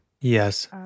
yes